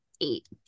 eight